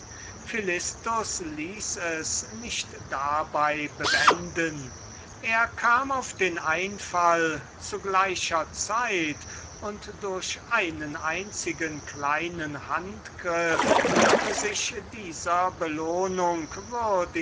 philistus ließ es nicht dabei bewenden er fiel auf den einfall zu gleicher zeit und durch einen einzigen kleinen handgriff sich dieser